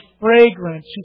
fragrance